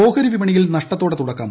ഓഹരി ഓഹരി വിപണിയിൽ നഷ്ടത്തോടെ തുടക്കം